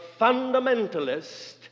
fundamentalist